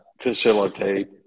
facilitate